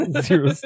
Zero